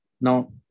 Now